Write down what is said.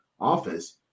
office